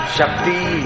Shakti